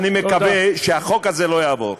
אני מקווה שהחוק הזה לא יעבור.